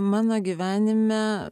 mano gyvenime